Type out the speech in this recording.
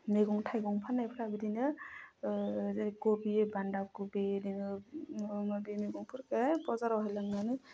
मैगं थाइगं फाननायफोरा बिदिनो जेरै कपि बान्दा कपि दङो मा बे मैगंफोरखौ बजारावहाय लांनानै